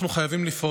אנחנו חייבים לפעול,